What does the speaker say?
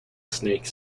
snake